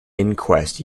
inquest